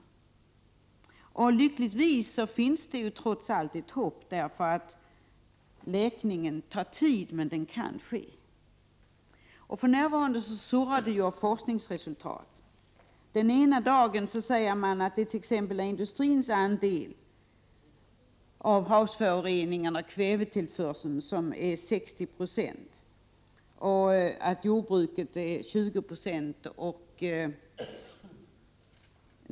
Lyckligtvis finns det trots allt ett hopp. Läkningen tar tid, men den kan lyckas. För närvarande surrar det ju av forskningsresultat. Den ena dagen säger man att det är industrins andel av havsföroreningarna och kvävetillförseln som uppgår till 60 76, medan jordbrukets andel uppgår till 20 96.